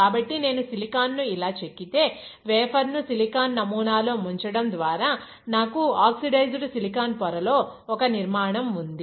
కాబట్టి నేను సిలికాన్ ను ఇలా చెక్కితే వేఫర్ ను సిలికాన్ నమూనాలో ముంచడం ద్వారా నాకు ఆక్సిడైజ్డ్ సిలికాన్ పొర లో ఒక నిర్మాణం ఉంది